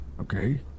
okay